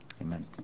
Amen